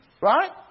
Right